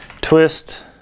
twist